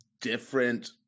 different